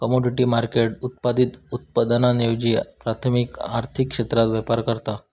commodity market उत्पादित उत्पादनांऐवजी प्राथमिक आर्थिक क्षेत्रात व्यापार करता